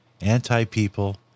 anti-people